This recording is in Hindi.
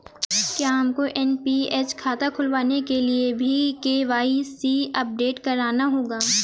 क्या हमको एन.पी.एस खाता खुलवाने के लिए भी के.वाई.सी अपडेट कराना होगा?